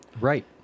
Right